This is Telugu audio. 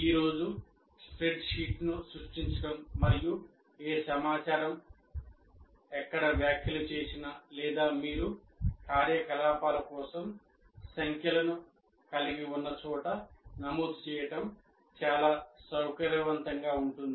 ఈ రోజు స్ప్రెడ్షీట్ను సృష్టించడం మరియు ఏ సమాచారం ఎక్కడ వ్యాఖ్యలు చేసినా లేదా మీరు కార్యకలాపాల కోసం సంఖ్యలను కలిగి ఉన్న చోట నమోదు చేయడం చాలా సౌకర్యవంతంగా ఉంటుంది